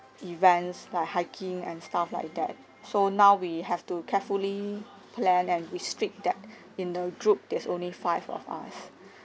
events like hiking and stuff like that so now we have to carefully plan and restrict that in a group that's only five of us